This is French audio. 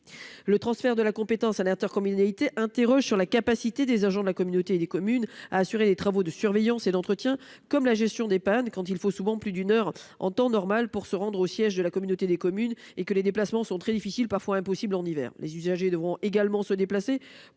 Le transfert de la compétence à l'intercommunalité suscite des interrogations sur la capacité des agents de la communauté de communes à assurer les travaux de surveillance et d'entretien, ainsi que la gestion des pannes, sachant qu'il faut souvent plus d'une heure en temps normal pour se rendre au siège de la communauté de communes et que les déplacements sont très difficiles, parfois impossibles, en hiver. Les usagers devront également se déplacer